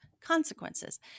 consequences